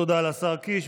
תודה לשר קיש.